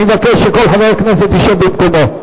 אני מבקש שכל חבר כנסת ישב במקומו.